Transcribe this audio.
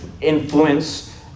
influence